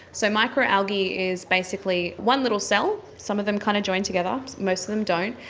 so microalgae is basically one little cell, some of them kind of join together, most of them don't,